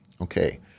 Okay